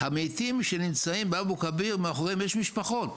המתאים שנמצאים באבו כביר, מאחוריהם יש משפחות.